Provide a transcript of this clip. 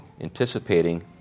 anticipating